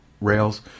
rails